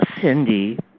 Cindy